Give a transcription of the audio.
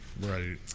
Right